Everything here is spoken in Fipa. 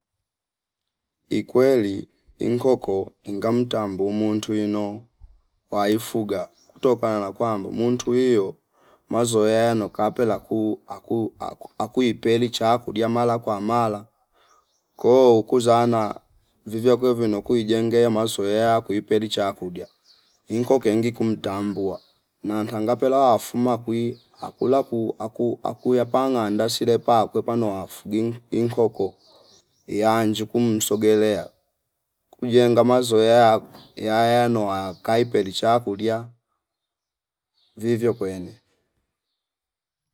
Ikweli inkoko ingamtam mbumu ndwino waifuga kutokana na kwamba muntu wio mazoea yanokapela kuu aku- akuipelicha kudia mala kwa mala ko kuzana vivia kwevie nokuijengea mazoea kuipericha kudia. Inko kengi kumtambua manhangapi la fuma kwi akula ku aku- akuyapanganda sire pa kwepa noufaa gei inkoko yanjo kumsogelea kujenga mazoea yaya noa kaipelicha kudia vivio kwene